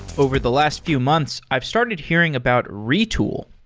over the last few months, i've started hearing about retool.